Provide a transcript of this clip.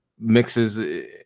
mixes